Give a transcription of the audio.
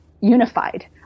unified